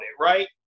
right